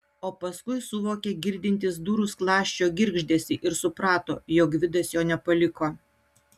o paskui suvokė girdintis durų skląsčio girgždesį ir suprato jog gvidas jo nepaliko